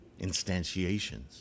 instantiations